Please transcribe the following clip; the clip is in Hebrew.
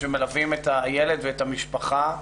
שמלווים את הילד ואת המשפחה.